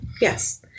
Yes